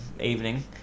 evening